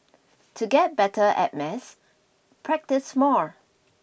to get better at maths practice more